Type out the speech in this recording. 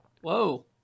Whoa